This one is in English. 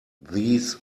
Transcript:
these